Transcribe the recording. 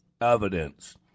evidence